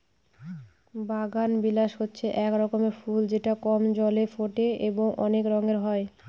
বাগানবিলাস হচ্ছে এক রকমের ফুল যেটা কম জলে ফোটে এবং অনেক রঙের হয়